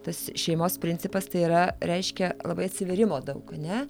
tas šeimos principas tai yra reiškia labai atsivėrimo daug ane